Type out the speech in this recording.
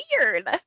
weird